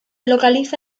localiza